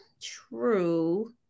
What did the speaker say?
True